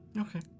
Okay